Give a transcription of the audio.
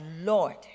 Lord